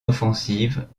offensive